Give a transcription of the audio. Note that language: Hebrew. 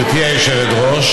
גברתי היושבת-ראש,